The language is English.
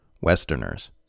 Westerners